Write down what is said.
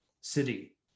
city